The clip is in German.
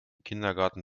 kindergarten